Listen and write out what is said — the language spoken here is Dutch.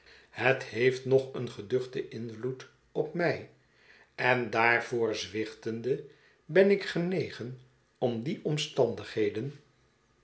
het heeft nog een geduchten invloed op mij en daarvoor zwichtende ben ik genegen om die omstandigheden